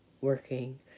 working